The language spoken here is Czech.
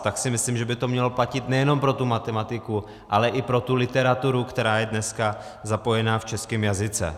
Tak si myslím, že by to mělo platit nejenom pro matematiku, ale i pro tu literaturu, která je dneska zapojená v českém jazyce.